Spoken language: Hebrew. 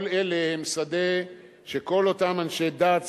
כל אלה הם שדה שכל אותם אנשי דת,